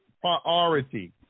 priority